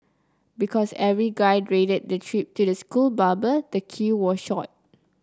because every guy dreaded the trip to the school barber the queue was short